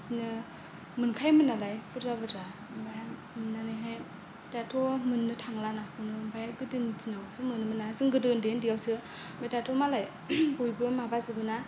बिदिनो मोनखायोमोन नालाय बुरजा बुरजा ओमफ्राय मोन्नानैहाय दाथ' मोन्नो थांला नाखौनो ओमफ्राय गोदोनि दिनावसो मोनो मोन्ना जों गोदो उन्दै उन्दैयावसो ओमफ्राय दाथ' मालाय बयबो माबा जोबोना